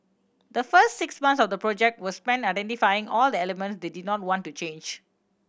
the first six months of the project were spent identifying all the elements they did not want to change